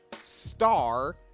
STAR